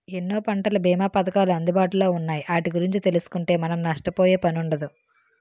ఎన్నో పంటల బీమా పధకాలు అందుబాటులో ఉన్నాయి ఆటి గురించి తెలుసుకుంటే మనం నష్టపోయే పనుండదు